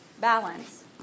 balance